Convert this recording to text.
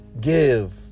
Give